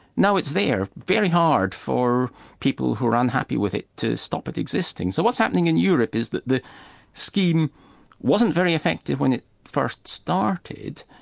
now it's there, very hard for people who are unhappy with it to stop it existing. so what's happening in europe is that the scheme wasn't very effective when it first started,